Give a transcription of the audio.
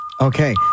Okay